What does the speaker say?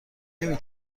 نمی